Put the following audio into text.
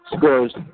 Scores